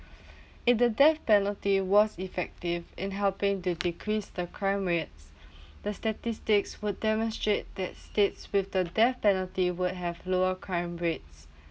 if the death penalty was effective in helping to decrease the crime rates the statistics would demonstrate that states with the death penalty would have lower crime rates